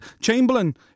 Chamberlain